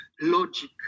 logic